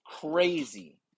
crazy